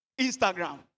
Instagram